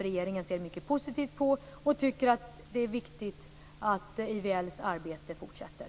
Regeringen ser mycket positivt på verksamheten och tycker att det är viktigt att IVL:s arbete fortsätter.